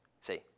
see